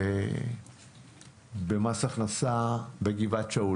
ובמס הכנסה בגבעת שאול